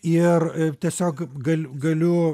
ir tiesiog gal galiu